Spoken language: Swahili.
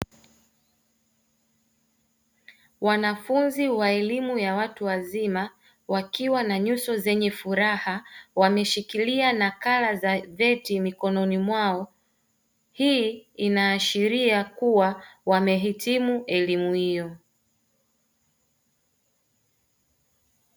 Wanafunzi wa elimu ya watu wazima wakiwa na nyuso zenye furaha wameshikilia nakala za vyeti mikononi mwao hii inaashiria kuwa wamehitimu elimu hiyo.